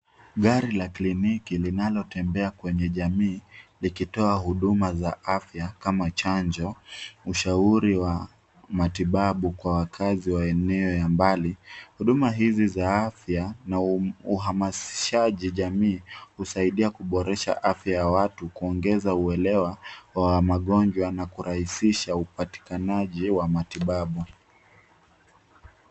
Gari la kliniki linalotembea kwenye jamii, likitoa huduma za afya kama chanjo, ushauri wa matibabu kwa wakazi wa eneo ya mbali. Huduma hizi za afya, na uhamasishaji jamii, husaidia kuboresha afya ya watu, kuongeza uelewa wa magonjwa, na kurahisisha upatikanaji wa matibabu.